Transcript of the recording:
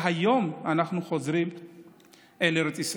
והיום אנחנו חוזרים לארץ ישראל.